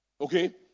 Okay